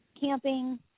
camping